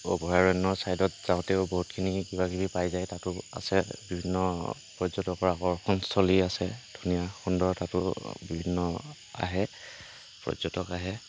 অভয়াৰণ্য চাইদত যাওতেও বহুতখিনি কিবাকিবি পাই যায় তাতো আছে বিভিন্ন পৰ্যটকৰ আকৰ্ষণস্থলী আছে ধুনীয়া সুন্দৰতাটো বিভিন্ন আহে পৰ্যটক আহে